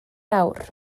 awr